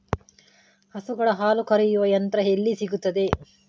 ಹಸುಗಳ ಹಾಲು ಕರೆಯುವ ಯಂತ್ರ ಎಲ್ಲಿ ಸಿಗುತ್ತದೆ?